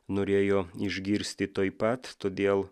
norėjo išgirsti tuoj pat todėl